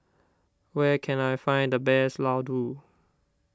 where can I find the best Ladoo